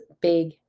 Big